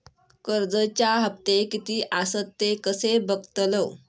कर्जच्या हप्ते किती आसत ते कसे बगतलव?